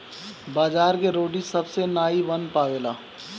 बाजरा के रोटी सबसे नाई बन पावेला